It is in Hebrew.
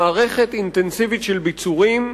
מערכת אינטנסיבית של ביצורים,